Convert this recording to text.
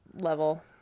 level